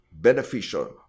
beneficial